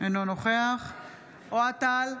אינו נוכח אוהד טל,